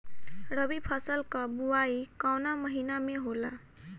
रबी फसल क बुवाई कवना महीना में होला?